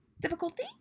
difficulty